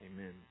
Amen